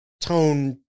tone